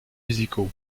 musicaux